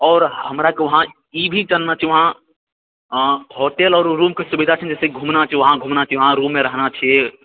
आओर हमराके वहाँ ई भी जानना छै वहाँ होटल आओर रूमके सुविधा छै ने जैसे घूमना छै वहाँ घूमना छै वहाँ रूममे रहना छी